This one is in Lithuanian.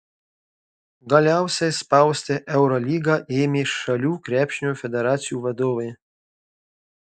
galiausiai spausti eurolygą ėmė šalių krepšinio federacijų vadovai